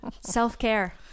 Self-care